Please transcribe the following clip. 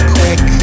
quick